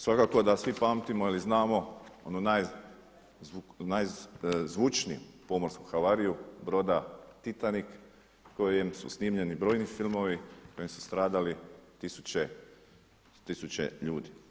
Svakako da svi pamtimo i znamo onu najzvučniju pomorsku havariju broda Titanic o kojem su snimljeni brojni filmovi na kojem su stradali tisuće ljudi.